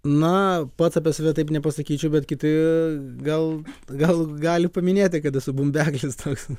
na pats apie save taip nepasakyčiau bet kiti gal gal gali paminėti kad esu bumbeklis toks